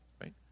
right